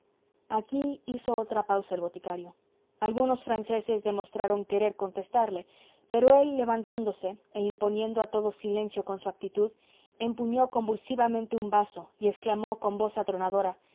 aquí hizo otra pausa el boticario algunos franceses demostraron querer contestarle pero él levantándose e imponiendo a todos silencio con su actitud empuñó convulsivamente un vaso y exclamó con voz atronadora